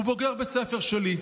הוא בוגר בית הספר שלי.